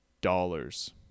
dollars